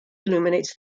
illuminates